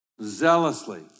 zealously